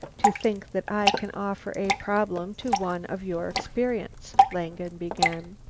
to think that i can offer a problem to one of your experience, langen began.